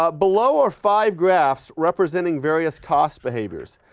but below are five graphs representing various cost behaviors.